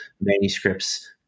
manuscripts